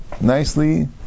nicely